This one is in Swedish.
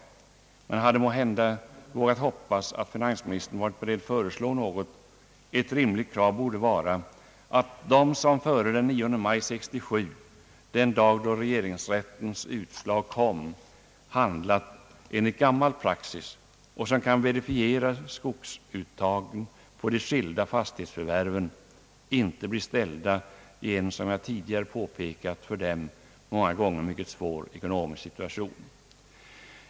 Man hade måhända vågat hoppas att finansministern varit beredd att föreslå någon åtgärd. Ett rimligt krav borde vara, att de som före den 9 maj 1967 — den dag då regeringsrättens utslag kom — handlat enligt gammal praxis och som kan verifiera skogsuttagen på de skilda fastighetsförvärven, inte blir ställda i en, som jag tidigare påpekat, för dem många gånger mycket svår ekonomisk situation.